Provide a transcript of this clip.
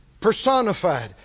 Personified